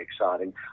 exciting